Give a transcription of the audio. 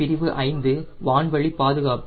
பிரிவு 5 வான்வழிப் பாதுகாப்பு